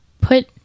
put